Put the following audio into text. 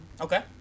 Okay